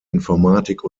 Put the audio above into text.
informatik